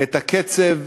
את הקצב,